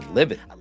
living